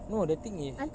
no the thing is